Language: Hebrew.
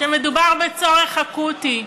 שמדובר בצורך אקוטי.